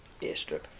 airstrip